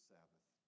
Sabbath